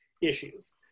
issues